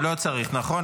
לא צריך, נכון?